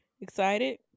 excited